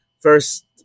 first